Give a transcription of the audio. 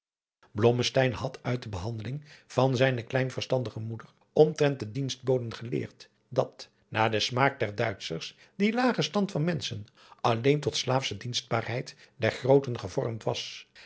had uit de behandeling van zijne klein verstandige moeder omtrent de dienstboden geleerd dat naar den smaak der duitschers die lage stand van menschen alleen tot slaafsche dienstbaarheid der grooten gevormd was